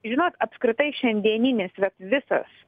žinot apskritai šiandieninis vat visas